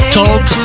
talk